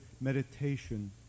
meditation